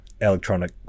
electronic